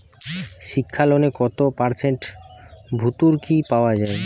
শিক্ষা লোনে কত পার্সেন্ট ভূর্তুকি পাওয়া য়ায়?